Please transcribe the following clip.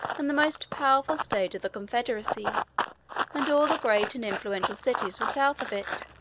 and the most powerful states of the confederacy and all the great and influential cities were south of it.